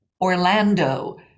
Orlando